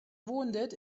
wounded